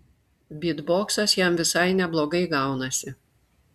bytboksas jam visai neblogai gaunasi